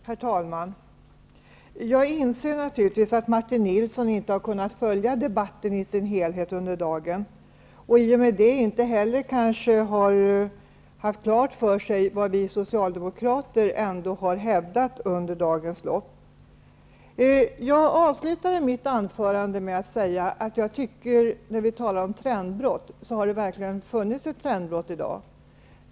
Herr talman! Jag inser naturligtvis att Martin Nilsson inte har kunnat följa debatten i dess helhet under dagen och i och med det kanske inte heller har haft klart för sig vad vi socialdemokrater har hävdat under dagens lopp. Jag avslutade mitt anförande med att säga att jag tycker, när vi nu talar om trendbrott, att det verkligen har skett ett trendbrott i dag.